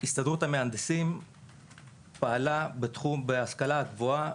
הסתדרות המהנדסים פעלה בהשכלה הגבוהה.